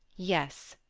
yes,